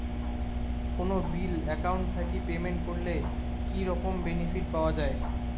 কোনো bill account থাকি payment করলে কি রকম বেনিফিট পাওয়া য়ায়?